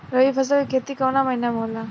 रवि फसल के खेती कवना महीना में होला?